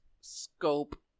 scope